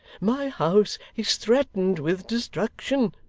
my house is threatened with destruction.